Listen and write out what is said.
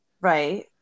Right